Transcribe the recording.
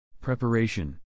Preparation